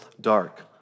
dark